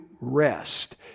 rest